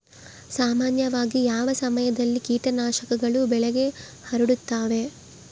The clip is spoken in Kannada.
ಸಾಮಾನ್ಯವಾಗಿ ಯಾವ ಸಮಯದಲ್ಲಿ ಕೇಟನಾಶಕಗಳು ಬೆಳೆಗೆ ಹರಡುತ್ತವೆ?